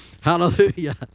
Hallelujah